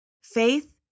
Faith